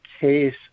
case